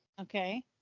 Okay